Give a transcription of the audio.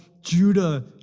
Judah